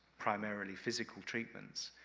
primarily physical treatments,